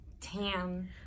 tan